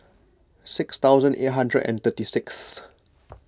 six thousand eight hundred and thirty sixth